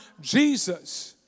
Jesus